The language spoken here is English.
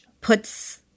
puts